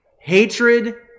hatred